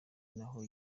naho